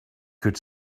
could